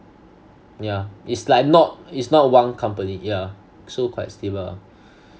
yeah it's like not it's not one company yeah so quite stable lah